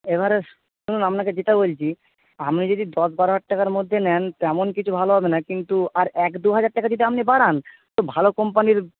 এবারে শুনুন আপনাকে যেটা বলছি আপনি যদি দশ বারো হাজার টাকার মধ্যে নেন তেমন কিছু ভালো হবে না কিন্তু আর এক দুহাজার টাকা যদি আপনি বাড়ান তো ভালো কোম্পানির